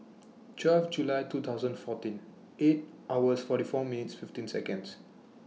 twelve July two thousand fourteen eight hours forty four minutes fifteen Seconds